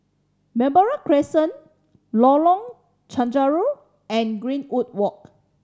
Balmoral Crescent Lorong Chencharu and Greenwood Walk